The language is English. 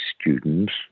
students